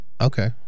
Okay